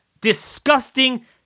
disgusting